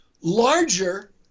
larger